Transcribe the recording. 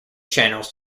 channels